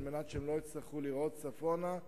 על מנת שהם לא יצטרכו לנדוד צפונה ולרעות,